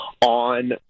on